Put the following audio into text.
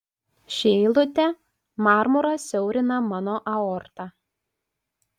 ši eilutė marmuras siaurina mano aortą